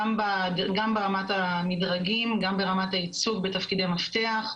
גם ברמת המדרגים, גם ברמת הייצוג בתפקידי מפתח,